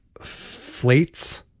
Flates